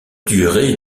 durée